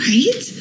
Right